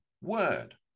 word